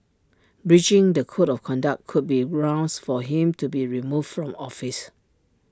breaching the code of conduct could be grounds for him to be removed from office